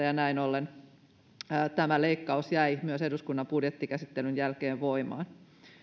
ja näin ollen tämä leikkaus jäi myös eduskunnan budjettikäsittelyn jälkeen voimaan